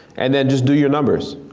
and then just do your numbers,